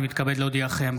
אני מתכבד להודיעכם,